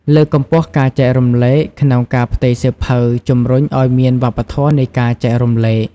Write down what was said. លើកកម្ពស់ការចែករំលែកក្នុងការផ្ទេរសៀវភៅជំរុញឱ្យមានវប្បធម៌នៃការចែករំលែក។